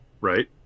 Right